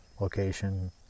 location